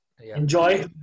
Enjoy